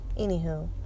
anywho